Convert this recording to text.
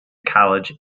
college